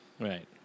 Right